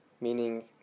Meaning